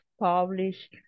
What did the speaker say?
publish